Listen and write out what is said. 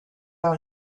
out